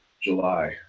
july